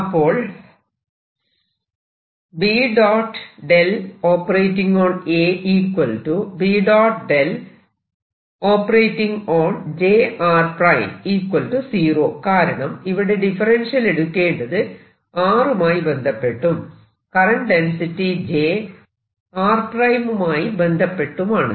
അപ്പോൾ കാരണം ഇവിടെ ഡിഫറെൻഷ്യൽ എടുക്കേണ്ടത് r മായി ബന്ധപ്പെട്ടും കറന്റ് ഡെൻസിറ്റി j r ′ മായി ബന്ധപ്പെട്ടുമാണ്